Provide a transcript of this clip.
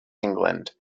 england